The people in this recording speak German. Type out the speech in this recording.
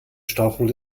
stauchung